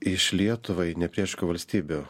iš lietuvai ne priešiškų valstybių